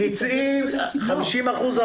50 אחוזים